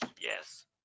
yes